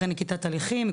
אחרי נקיטת הליכים,